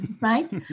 right